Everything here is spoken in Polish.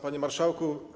Panie Marszałku!